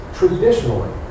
traditionally